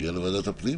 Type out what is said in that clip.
נגיע לוועדת הפנים.